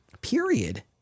period